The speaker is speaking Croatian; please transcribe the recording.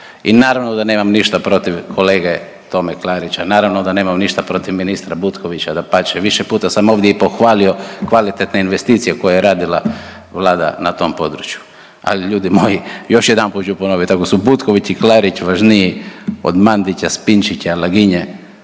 I naravno da nemam ništa protiv kolege Tome Klarića, naravno da nemam ništa protiv ministra Butkovića, dapače više puta sam ovdje i pohvalio kvalitetne investicije koje je radila Vlada na tom području. Ali ljudi moji još jedanput ću ponovit, ako su Butković i Klarić važniji od Mandića, Spinčića, Laginje,